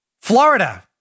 Florida